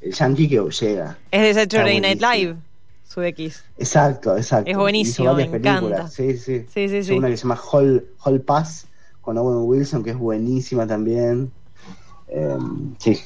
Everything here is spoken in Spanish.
el yankee que llega. Es de Saturday Está Night buenísima. Live, Sudeikis. Exacto, Es exacto. Y hizo buenísimo, varias me películas. encanta. Sí, sí. Sí, sí, Hay sí. una que se llama Hall- Hall Pass con Owen Wilson, que es buenísima también. Em, sí.